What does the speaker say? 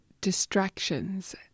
distractions